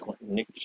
Nick